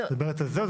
את מדברת על זה?